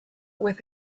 with